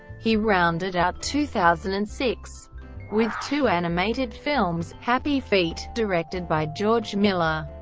he rounded out two thousand and six with two animated films happy feet, directed by george miller,